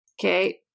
Okay